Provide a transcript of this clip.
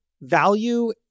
value